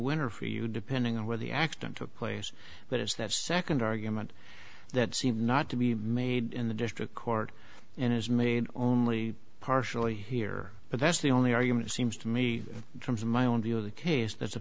winner for you depending on where the accident took place but it's that second argument that seemed not to be made in the district court and is made only partially here but that's the only argument seems to me in terms of my own view of the case that's a